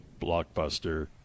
blockbuster